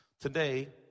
Today